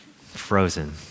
Frozen